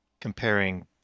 comparing